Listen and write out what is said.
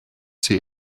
see